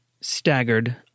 Staggered